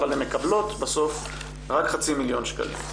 אבל הן מקבלות בסוף רק חצי מיליון שקלים.